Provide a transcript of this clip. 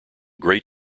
great